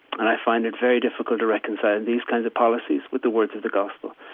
and i find it very difficult to reconcile these kinds of policies with the words of the gospel.